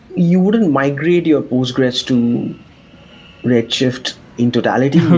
you wouldn't migrate your postgresql to redshift in totality,